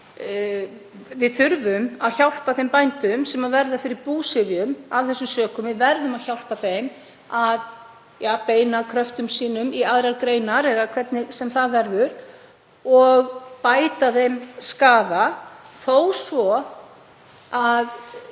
við þurfum að hjálpa þeim bændum sem verða fyrir búsifjum af þessum sökum. Við verðum að hjálpa þeim að beina kröftum sínum í aðrar greinar eða hvernig sem það verður og bæta þeim skaða. Eins og